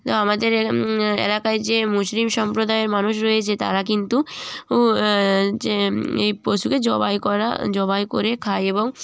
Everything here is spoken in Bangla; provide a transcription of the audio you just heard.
আমাদের এলাকায় যে মুসলিম সম্প্রদায়ের মানুষ রয়েছে তারা কিন্তু উ যে এই পশুকে জবাই করা জবাই করে খায় এবং